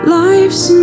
life's